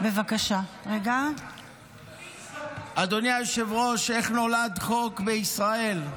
גברתי היושבת-ראש, איך נולד חוק בישראל?